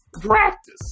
practice